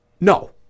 No